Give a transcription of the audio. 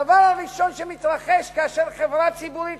הדבר הראשון שמתרחש כאשר חברה ציבורית